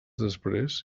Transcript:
després